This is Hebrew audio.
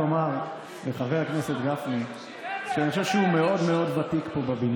חבר הכנסת גפני, אני חייב לומר שהרבה מאוד דברים,